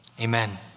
Amen